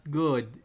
good